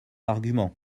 argument